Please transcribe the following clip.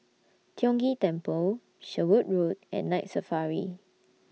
Tiong Ghee Temple Sherwood Road and Night Safari